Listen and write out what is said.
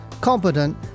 competent